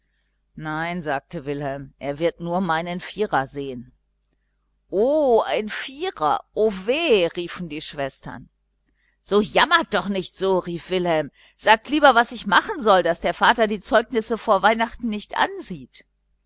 nein sagte wilhelm er wird nur meinen vierer sehen o ein vierer o weh riefen die schwestern so jammert doch nicht so rief wilhelm sagt lieber was man machen soll daß der vater die zeugnisse vor weihnachten nicht ansieht